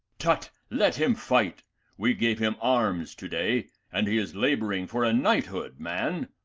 tut, let him fight we gave him arms to day, and he is laboring for a knighthood, man.